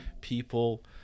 people